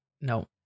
No